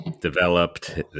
developed